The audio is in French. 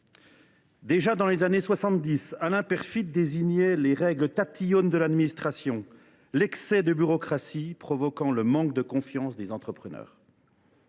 Déjà, dans les années 1970, Alain Peyrefitte dénonçait les règles tatillonnes de l’administration et l’excès de bureaucratie provoquant le manque de confiance des entrepreneurs.